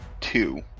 two